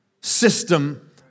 system